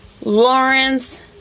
Lawrence